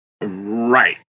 Right